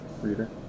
reader